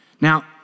Now